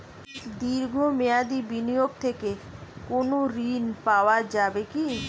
দীর্ঘ মেয়াদি বিনিয়োগ থেকে কোনো ঋন পাওয়া যাবে কী?